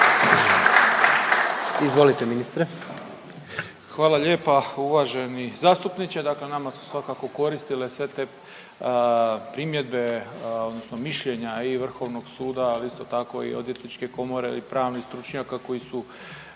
Ivan (HDZ)** Hvala lijepa uvaženi zastupniče. Dakle nama su svakako koristile sve te primjedbe odnosno mišljenja i Vrhovnog suda, ali isto tako i odvjetničke komore i pravnih stručnjaka koji su